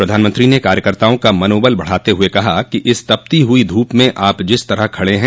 प्रधानमंत्री ने कार्यकर्ताओं का मनोबल बढ़ाते हुए कहा कि इस तपती हुई धूप में आप जिस तरह खड़े हैं